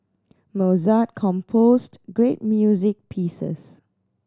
Mozart composed great music pieces